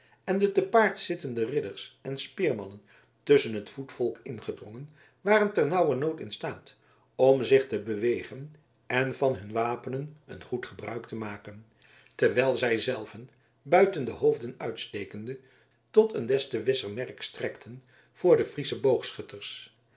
en de te paard zittende ridders en speermannen tusschen het voetvolk ingedrongen waren ternauwernood in staat om zich te bewegen en van hun wapenen een goed gebruik te maken terwijl zij zelven buiten de hoofden uitstekende tot een des te wisser merk strekten voor de friesche boogschutters